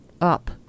up